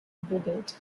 brigade